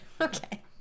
Okay